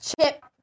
chip